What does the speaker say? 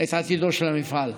את עתידו של המפעל.